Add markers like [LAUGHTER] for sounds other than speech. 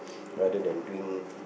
[BREATH] rather than doing